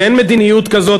ואין מדיניות כזאת,